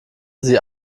sie